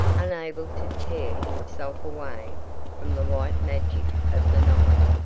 unable to tear himself away from the white magic of the night,